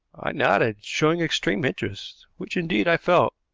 nodded, showing extreme interest which, indeed, i felt.